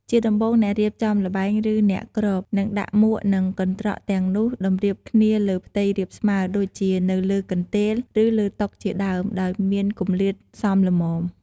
ជាដំបូង អ្នករៀបចំល្បែង ឬអ្នកគ្រប នឹងដាក់មួកនិងកន្ត្រកទាំងនោះតម្រៀបគ្នាលើផ្ទៃរាបស្មើ ដូចជានៅលើកន្ទេល ឬលើតុជាដើម ដោយមានគម្លាតសមល្មម។